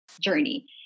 journey